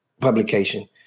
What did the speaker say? publication